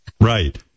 Right